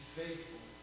faithful